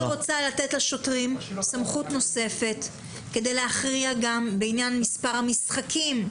אני רוצה לתת לשוטרים סמכות נוספת כדי להכריע גם בעניין מספר המשחקים.